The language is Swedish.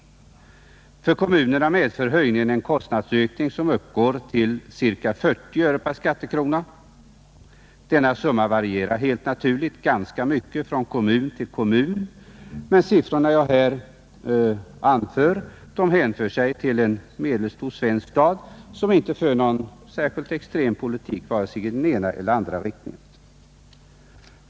För kommunerna medför höjningarna en kostnadsökning som uppgår till cirka 40 öre per skattekrona. Denna summa varierar helt naturligt ganska mycket från kommun till kommun, men de siffror jag nu anför hänför sig till en medelstor svensk stad, som inte i något avseende för en särskilt extrem politik.